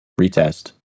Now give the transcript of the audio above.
retest